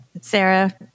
Sarah